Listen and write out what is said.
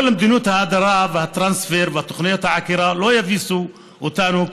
כל מדיניות ההדרה והטרנספר ותוכניות העקירה לא יביסו אותנו,